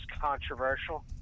controversial